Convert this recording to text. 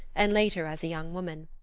and later as a young woman.